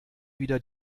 wieder